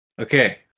Okay